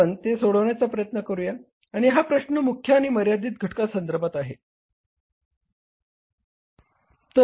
आपण ते सोडवण्याचा प्रयत्न करूया आणि हा प्रश्न मुख्य आणि मर्यादित घटका संदर्भात निर्णय घेण्याच्या बाबतीत आहे